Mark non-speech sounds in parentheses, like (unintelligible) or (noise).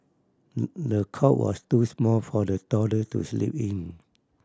(unintelligible) the cot was too small for the toddler to sleep in